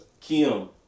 Kim